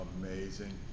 amazing